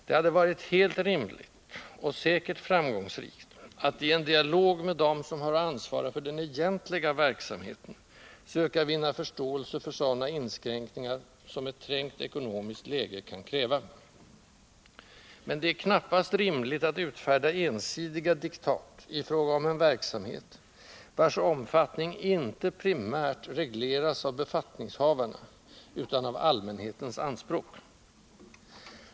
Det hade varit helt rimligt — och säkert framgångsrikt — att i en dialog med dem som har att svara för den egentliga verksamheten söka vinna förståelse för sådana inskränkningar som ett trängt ekonomiskt läge kan kräva. Men det är knappast rimligt att utfärda ensidiga diktat i fråga om en verksamhet, vars omfattning inte primärt regleras av befattningshavarna utan av allmänhetens anspråk.